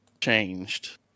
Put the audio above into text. changed